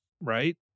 right